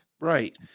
right